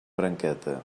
branqueta